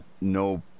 no